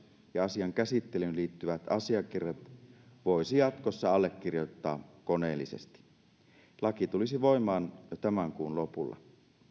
ja asian käsittelyyn liittyvät asiakirjat voisi jatkossa allekirjoittaa koneellisesti laki tulisi voimaan jo tämän kuun lopulla